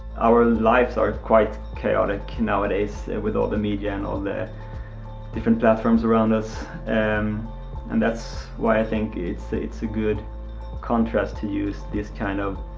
our lives are quite chaotic nowadays with all the media and all the different platforms around us, and and that's why i think it's a it's a good contrast to use these kind of,